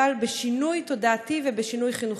אבל בשינוי תודעתי ובשינוי חינוכי.